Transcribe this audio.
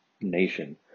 nation